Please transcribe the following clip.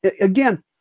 again